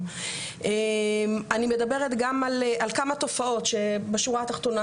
4.7 מתלמידי מערכת החינוך.